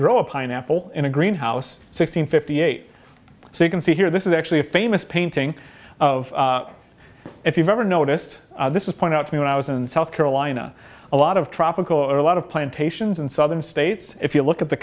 grow a pineapple in a greenhouse sixteen fifty eight so you can see here this is actually a famous painting of if you've ever noticed this is point out to me when i was in south carolina a lot of tropical or a lot of plantations in southern states if you look at the